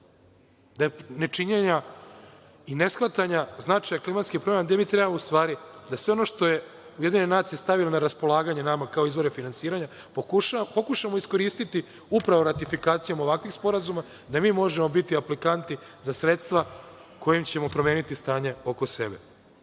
Kjotoa. Nečinjenja i neshvatanja značaja klimatskih promena, gde mi treba, u stvari, da sve ono što su UN stavile na raspolaganje nama, kao izvore finansiranja, pokušamo iskoristiti upravo ratifikacijom ovakvih sporazuma, gde mi možemo biti aplikanti za sredstva kojim ćemo promeniti stanje oko sebe. Što